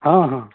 हँ हँ